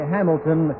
Hamilton